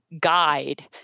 guide